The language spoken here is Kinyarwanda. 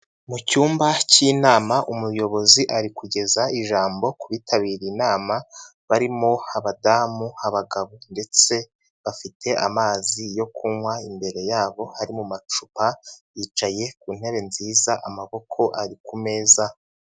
Mu cyumba cy'inama, umuyobozi ari kugeza ijambo ku bitabiriye inama. Barimo abadamu, abagabo ndetse bafite amazi yo kunywa imbere yabo ari mu macupa, yicaye ku ntebe nziza, amaboko ari ku meza.